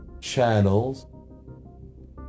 channels